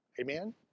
Amen